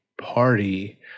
party